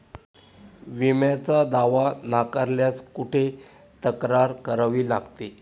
विम्याचा दावा नाकारल्यास कुठे तक्रार करावी लागते?